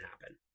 happen